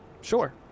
Sure